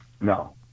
no